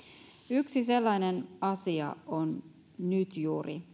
yksi sellainen asia on juuri